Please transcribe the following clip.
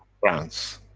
france.